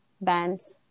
bands